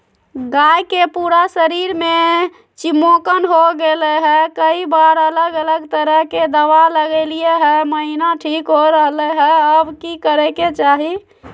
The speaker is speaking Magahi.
गाय के पूरा शरीर में चिमोकन हो गेलै है, कई बार अलग अलग तरह के दवा ल्गैलिए है महिना ठीक हो रहले है, अब की करे के चाही?